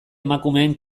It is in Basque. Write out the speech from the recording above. emakumeen